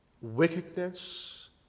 wickedness